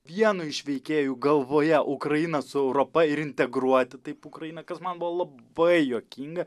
vieno iš veikėjų galvoje ukrainą su europa ir integruoti taip ukraina kas man buvo buvo labai juokinga